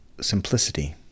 Simplicity